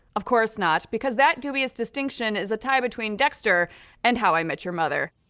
of course not, because that dubious distinction is a tie between dexter and how i met your mother.